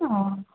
অঁ